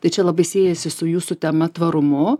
tai čia labai siejasi su jūsų tema tvarumu